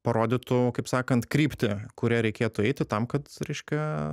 parodytų kaip sakant kryptį kuria reikėtų eiti tam kad reiškia